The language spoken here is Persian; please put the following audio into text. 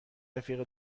رفیق